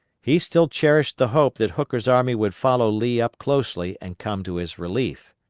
he still cherished the hope that hooker's army would follow lee up closely and come to his relief.